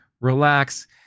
relax